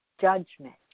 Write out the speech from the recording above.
judgment